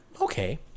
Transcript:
Okay